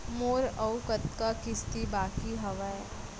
मोर अऊ कतका किसती बाकी हवय?